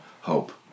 hope